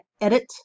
edit